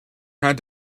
had